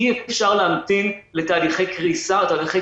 אי אפשר להמתין לתהליכי קריסה או תהליכי